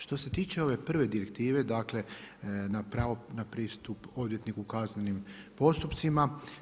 Što se tiče ove prve Direktive, dakle na pravo na pravo na pristup odvjetniku u kaznenim postupcima.